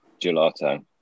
gelato